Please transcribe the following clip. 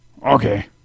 Okay